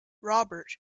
robert